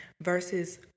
versus